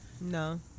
No